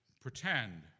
pretend